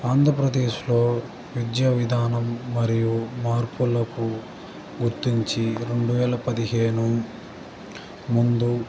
ఆంధ్రప్రదేశ్లో విద్యా విధానం మరియు మార్పులకు గుర్తించి రెండు వేల పదిహేను ముందు